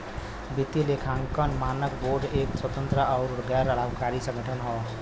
वित्तीय लेखांकन मानक बोर्ड एक स्वतंत्र आउर गैर लाभकारी संगठन हौ